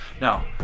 Now